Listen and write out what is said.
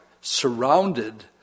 surrounded